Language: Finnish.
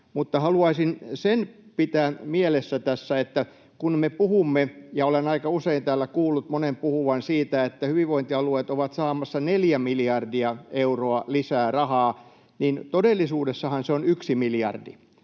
haluaisin sen pitää mielessä tässä, että kun me puhumme, ja olen aika usein täällä kuullut monen puhuvan siitä, että hyvinvointialueet ovat saamassa neljä miljardia euroa lisää rahaa, niin todellisuudessahan se on yksi miljardi.